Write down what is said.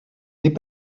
n’est